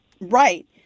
Right